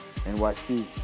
NYC